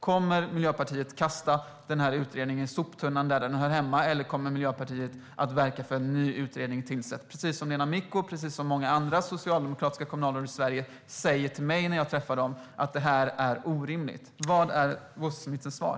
Kommer Miljöpartiet att kasta utredningen i soptunnan, där den hör hemma, eller kommer Miljöpartiet att verka för att en ny utredning tillsätts? Lena Micko och många andra socialdemokratiska kommunalråd i Sverige säger till mig när jag träffar dem att det här är orimligt. Vad är bostadsministerns svar?